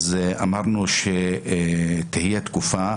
אמרנו שתהיה תקופה.